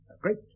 great